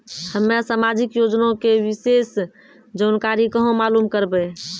हम्मे समाजिक योजना के विशेष जानकारी कहाँ मालूम करबै?